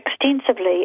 extensively